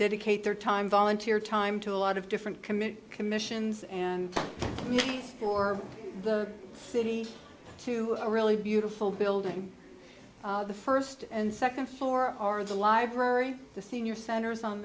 dedicate their time volunteer time to a lot of different committees commissions and for the city to a really beautiful building the first and second floor are the library the senior centers on